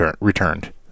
returned